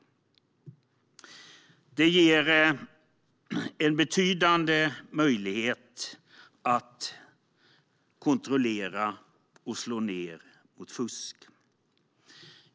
Detta ger en betydande möjlighet att kontrollera och slå ned på fusk.